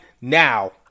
now